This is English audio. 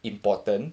important